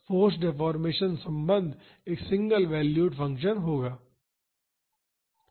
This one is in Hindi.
तो उस समय फाॅर्स डेफोर्मेशन संबंध एक सिंगल वैल्यूड फंक्शन होगा